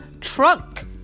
trunk